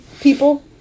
people